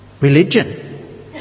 religion